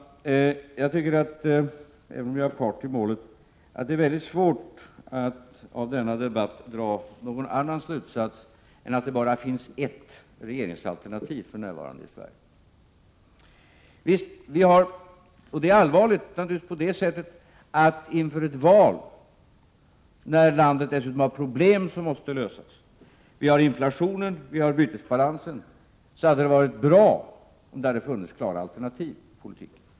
Även om jag är part i målet tycker jag att det svårt att av denna debatt dra någon annan slutsats än att det bara finns ett regeringsalternativ för närvarande i Sverige. Det är naturligtvis allvarligt, på det sättet att inför ett val — när landet dessutom har problem som måste lösas i fråga om inflation, bytesbalans och annat — hade det varit bra om det hade funnits klara alternativ i politiken.